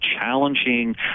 challenging